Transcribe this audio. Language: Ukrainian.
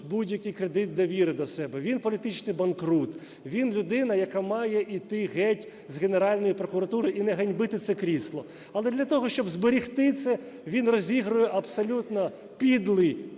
будь-який кредит довіри до себе. Він політичний банкрут, він людина, яка має іти геть з Генеральної прокуратури і не ганьбити це крісло. Але для того, щоб зберегти це, він розігрує абсолютно підлий